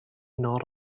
not